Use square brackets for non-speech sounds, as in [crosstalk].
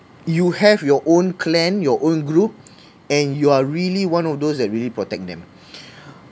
you have your own clan your own group and you are really one of those that really protect them [breath]